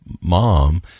mom